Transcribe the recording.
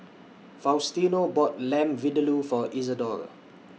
Faustino bought Lamb Vindaloo For Isadore